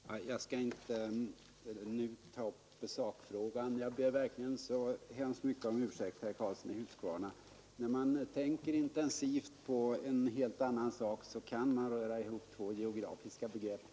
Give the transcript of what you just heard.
Fru talman! Jag skall inte ta upp sakfrågan, men jag ber verkligen så mycket om ursäkt, herr Karlsson i Huskvarna. När man tänker intensivt på en helt annan sak kan man röra ihop två geografiska begrepp.